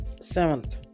Seventh